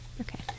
Okay